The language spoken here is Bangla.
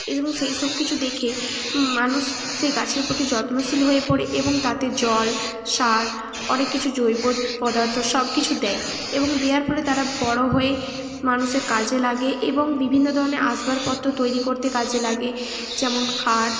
এই ধরুন সেই সব কিছু দেখে মানুষ সেই গাছের প্রতি যত্নশীল হয়ে পড়ে এবং তাতে জল সার অনেক কিছু জৈব পদার্থ সব কিছু দেয় এবং দেওয়ার ফলে তারা বড়ো হয়ে মানুষের কাজে লাগে এবং বিভিন্ন ধরনের আসবারপত্র তৈরি করতে কাজে লাগে যেমন খাট